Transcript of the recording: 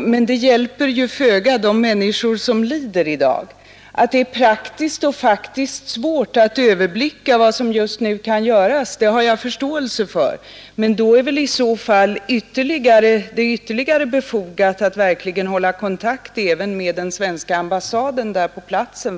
Men det hjälper ju föga de människor som lider i dag. Att det är praktiskt och faktiskt svårt att överblicka vad som just nu kan göras har jag förståelse för, men i så fall är det väl ännu mera befogat att regeringen för att informera sig håller kontakt även med den svenska ambassaden på platsen.